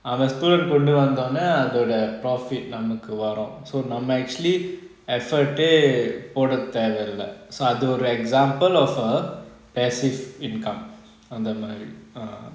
I'm a student கொண்டு வந்த ஒடனே அந்த:kondu vantha odaney antha profit நம்மக்கு வரும்:nammaku varum so நம்ம:namma actually effort eh போடா தேவ இல்ல:poda theava illa so அது ஒரு:athu oru example of a passive income அந்த மாறி:antha maari